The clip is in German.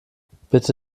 bitte